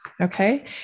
Okay